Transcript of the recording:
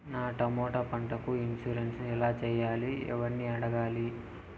నా టమోటా పంటకు ఇన్సూరెన్సు ఎలా చెయ్యాలి? ఎవర్ని అడగాలి?